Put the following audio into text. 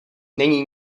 není